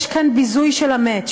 יש כאן ביזוי של המת,